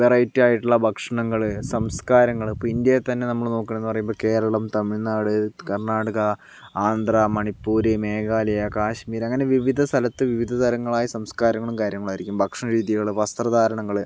variety ആയിട്ടുള്ള ഭക്ഷണങ്ങള് സംസ്കാരങ്ങള് ഇപ്പോൾ ഇന്ത്യ തന്നെ നമ്മള് നോക്കുവാണെന്നു പറയുമ്പോൾ കേരളം തമിഴ്നാട് കർണാടക ആന്ധ്ര മണിപ്പൂര് മേഘാലയ കാശ്മീര് അങ്ങനെ വിവിധ സ്ഥലത്ത് വിവിധ തരങ്ങളായ സംസ്കാരങ്ങളും കാര്യങ്ങളും ആയിരിക്കും ഭക്ഷണ രീതികള് വസ്ത്ര ധാരണങ്ങള്